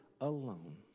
alone